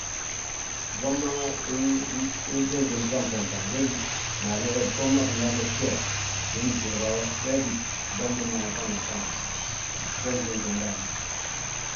Bwom ma infuuŋti fafaŋ we gí mmaalu, bwom ma binyaa bo bjeeb, wiin bisurgawo, we gí bwom biinda ma faŋ ma, faŋ ma be nfuuŋti ndaani.